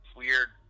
weird